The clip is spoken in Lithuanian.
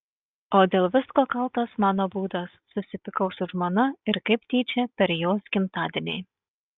o dėl visko kaltas mano būdas susipykau su žmona ir kaip tyčia per jos gimtadienį